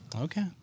Okay